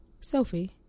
Sophie